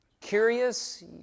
curious